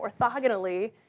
orthogonally